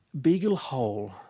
Beaglehole